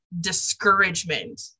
discouragement